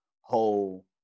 whole